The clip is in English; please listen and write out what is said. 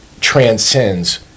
transcends